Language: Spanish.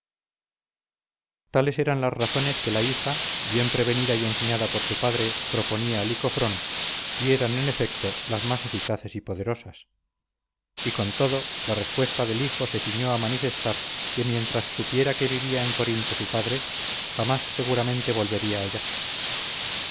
tales eran las razones que la hija bien prevenida y enseñada por su padre proponía a licofrón y eran en efecto las más eficaces y poderosas y con todo la respuesta del hijo se ciñó a manifestar que mientras supiera que vivía en corinto su padre jamás seguramente volvería allá